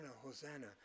Hosanna